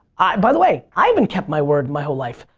by the way, i haven't kept my word my whole life.